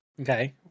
okay